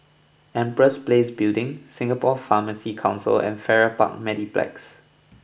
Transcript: Empress Place Building Singapore Pharmacy Council and Farrer Park Mediplex